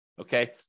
okay